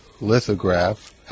lithograph